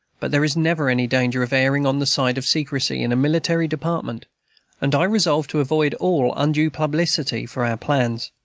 but there is never any danger of erring on the side of secrecy, in a military department and i resolved to avoid all undue publicity for our plans,